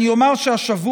אני אומר שהשבוע,